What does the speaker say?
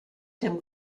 dem